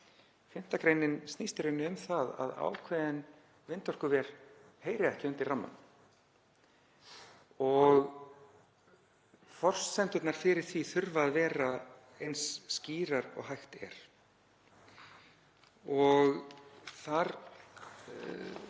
5. gr. snýst í rauninni um það að ákveðin vindorkuver heyri ekki undir rammann og forsendurnar fyrir því þurfa að vera eins skýrar og hægt er. Þar